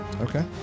Okay